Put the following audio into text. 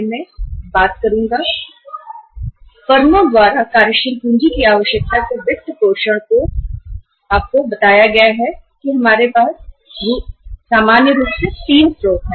जैसे कि मैंने पहले आपको बताया है कि फर्म द्वारा कार्यशील पूंजी की आवश्यकता के वित्त पोषण के लिए सामान्य रूप से हमारे पास तीन स्रोत है